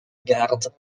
garde